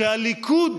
שהליכוד